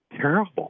Terrible